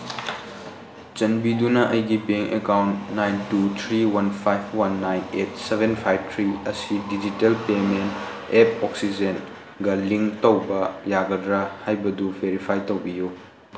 ꯆꯥꯟꯕꯤꯗꯨꯅ ꯑꯩꯒꯤ bank account nine two three one five one nine eight seven five three ꯑꯁꯤ digital payment app ꯑꯣꯛꯁꯤꯖꯦꯟꯒ ꯂꯤꯡ ꯇꯧꯕ ꯌꯥꯒꯗ꯭ꯔꯥ ꯍꯥꯏꯕꯗꯨ ꯚꯦꯔꯤꯐꯥꯏ ꯇꯧꯕꯤꯌꯨ